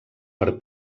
per